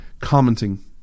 commenting